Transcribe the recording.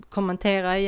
Kommentera